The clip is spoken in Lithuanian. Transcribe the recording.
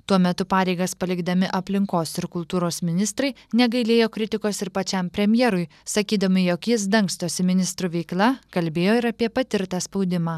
tuo metu pareigas palikdami aplinkos ir kultūros ministrai negailėjo kritikos ir pačiam premjerui sakydami jog jis dangstosi ministrų veikla kalbėjo ir apie patirtą spaudimą